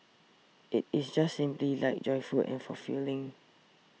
it is just simply light joyful and fulfilling